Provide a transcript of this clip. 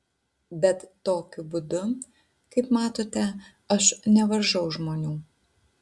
bet tokiu būdu kaip matote aš nevaržau žmonių